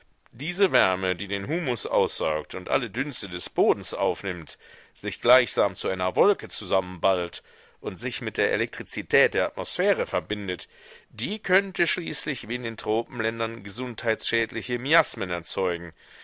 diese wärme die den humus aussaugt und alle dünste des bodens aufnimmt sich gleichsam zu einer wolke zusammenballt und sich mit der elektrizität der atmosphäre verbindet die könnte schließlich wie in den tropenländern gesundheitsschädliche miasmen erzeugen